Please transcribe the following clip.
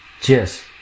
Cheers